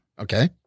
okay